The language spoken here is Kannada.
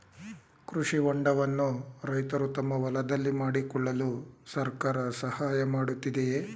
ಕೃಷಿ ಹೊಂಡವನ್ನು ರೈತರು ತಮ್ಮ ಹೊಲದಲ್ಲಿ ಮಾಡಿಕೊಳ್ಳಲು ಸರ್ಕಾರ ಸಹಾಯ ಮಾಡುತ್ತಿದೆಯೇ?